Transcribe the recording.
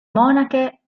monache